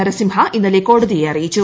നരസിംഹ ഇന്നലെ കോടതിയെ അറിയിച്ചു